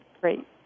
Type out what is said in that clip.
Great